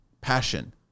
passion